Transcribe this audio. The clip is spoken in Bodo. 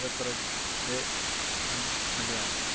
बे फाहामसालियाव